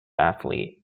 athlete